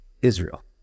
Israel